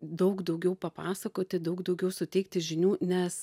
daug daugiau papasakoti daug daugiau suteikti žinių nes